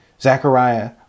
Zechariah